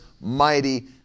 mighty